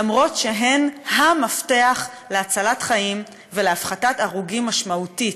למרות שהן ה-מפתח להצלת חיים ולהפחתת הרוגים משמעותית,